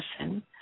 listen